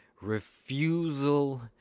refusal